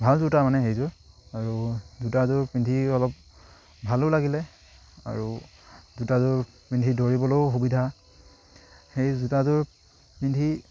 ভাল জোতা মানে সেইযোৰ আৰু জোতাযোৰ পিন্ধি অলপ ভালো লাগিলে আৰু জোতাযোৰ পিন্ধি দৌৰিবলৈয়ো সুবিধা সেই জোতাযোৰ পিন্ধি